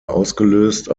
ausgelöst